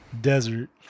desert